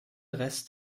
rest